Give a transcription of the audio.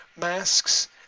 masks